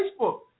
Facebook